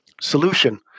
solution